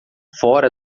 fora